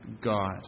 God